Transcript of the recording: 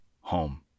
home